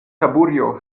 taburio